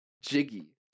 jiggy